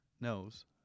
knows